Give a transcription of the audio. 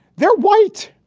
they're white.